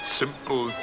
simple